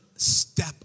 Step